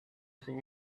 see